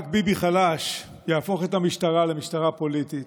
רק ביבי חלש יהפוך את המשטרה למשטרה פוליטית,